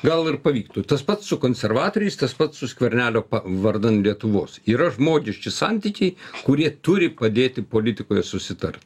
gal ir pavyktų tas pats su konservatoriais tas pats su skvernelio vardan lietuvos yra žmogiški santykiai kurie turi padėti politikoje susitart